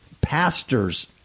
Pastors